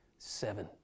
Seven